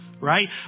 right